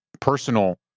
personal